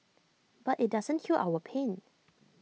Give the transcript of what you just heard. but IT doesn't heal our pain